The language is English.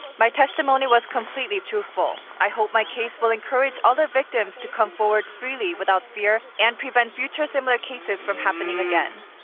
my testimony was completely truthful. i hope my case will encourage other victims to come forward freely without fear and prevent future similar cases from happening again.